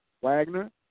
Wagner